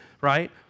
right